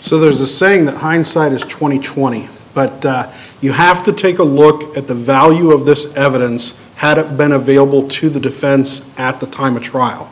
so there's a saying that hindsight is twenty twenty but you have to take a look at the value of this evidence had it been available to the defense at the time of trial